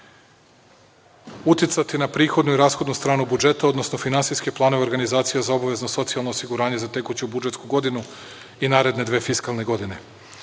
uticati na prihodnu i rashodnu stranu budžeta, odnosno finansijske planove organizacija za obavezno socijalno osiguranje za tekuću budžetsku godinu i naredne dve fiskalne godine. Doneće